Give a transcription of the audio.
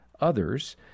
others